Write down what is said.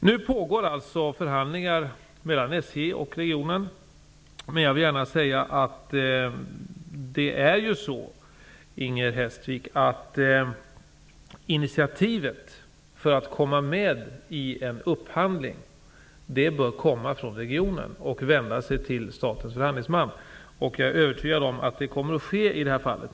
Nu pågår förhandlingar mellan SJ och regionen. Men jag vill gärna säga, Inger Hestvik, att för att komma med i en upphandling bör initiativet komma från regionen och vända sig till statens förhandlingsman. Jag är övertygad om att det kommer att ske i det här fallet.